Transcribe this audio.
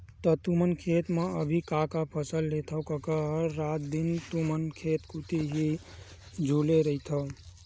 त तुमन खेत म अभी का का फसल लेथव कका रात दिन तुमन ह खेत कोती ही झुले रहिथव?